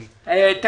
לא.